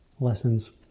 lessons